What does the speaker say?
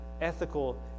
ethical